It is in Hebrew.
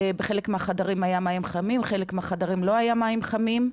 בחלק מהחדרים היו מים חמים ובחלק מהחדרים לא היו מים חמים,